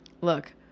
Look